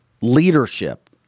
leadership